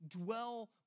Dwell